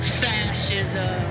fascism